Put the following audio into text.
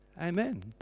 Amen